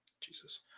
Jesus